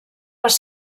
les